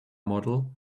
model